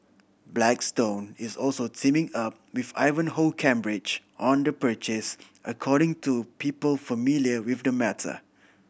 blackstone is also teaming up with Ivanhoe Cambridge on the purchase according to people familiar with the matter